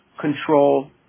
control